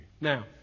Now